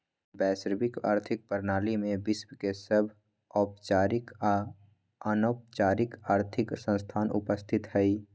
वैश्विक आर्थिक प्रणाली में विश्व के सभ औपचारिक आऽ अनौपचारिक आर्थिक संस्थान उपस्थित हइ